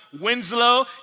Winslow